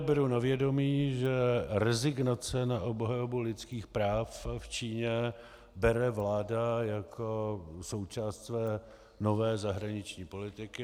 Beru na vědomí, že rezignaci na obhajobu lidských práv v Číně bere vláda jako součást své nové zahraniční politiky.